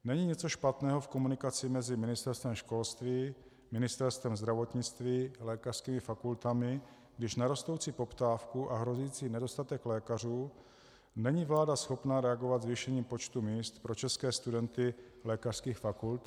Není něco špatného v komunikaci mezi Ministerstvem školství, Ministerstvem zdravotnictví, lékařskými fakultami, když na rostoucí poptávku a hrozící nedostatek lékařů není vláda schopna reagovat zvýšením počtu míst pro české studenty lékařských fakult?